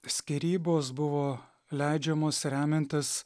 skyrybos buvo leidžiamos remiantis